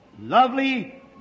lovely